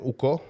Uko